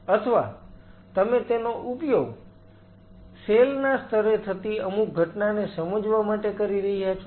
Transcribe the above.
અથવા તમે તેનો ઉપયોગ સેલ ના સ્તરે થતી અમુક ઘટનાને સમજવા માટે કરી રહ્યા છો